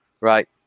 Right